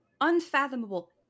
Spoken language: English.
Unfathomable